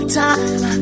time